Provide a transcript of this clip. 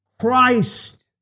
Christ